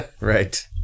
Right